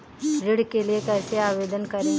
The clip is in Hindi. ऋण के लिए कैसे आवेदन करें?